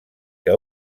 que